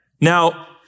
Now